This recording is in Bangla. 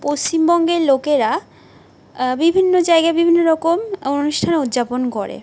পশ্চিমবঙ্গের লোকেরা বিভিন্ন জায়গায় বিভিন্ন রকম অনুষ্ঠান উদযাপন করে